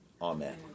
Amen